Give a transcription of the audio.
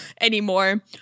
anymore